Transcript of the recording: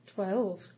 Twelve